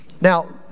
Now